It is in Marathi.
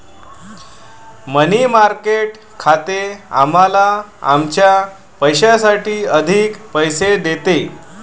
मनी मार्केट खाते आम्हाला आमच्या पैशासाठी अधिक पैसे देते